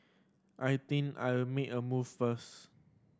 I think I'll make a move first